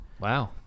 Wow